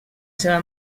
seva